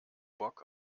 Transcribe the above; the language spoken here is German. bock